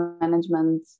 management